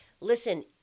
listen